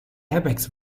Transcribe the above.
airbags